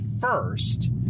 first